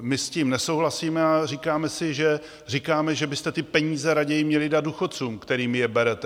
My s tím nesouhlasíme a říkáme, že byste ty peníze raději měli dát důchodcům, kterým je berete.